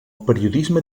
periodisme